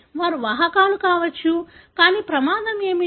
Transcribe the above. వారు వాహకాలు కావచ్చు కానీ ప్రమాదం ఏమిటి